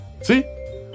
See